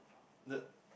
the